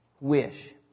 Wish